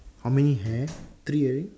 how many have three already